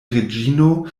reĝino